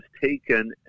taken